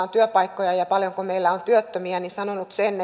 on työpaikkoja ja paljonko meillä on työttömiä sanonut sen